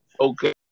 okay